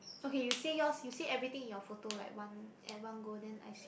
okay you say yours you say everything in your photo like at one go then I see